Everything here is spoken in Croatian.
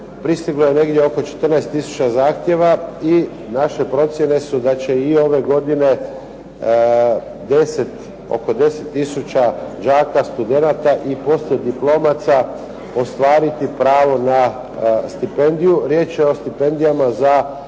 Pristiglo je negdje oko 14 tisuća zahtjeva i naše procjene su da će i ove godine oko 10 tisuća đaka, studenata i poslijediplomaca ostvariti pravo na stipendiju. Riječ je o stipendijama za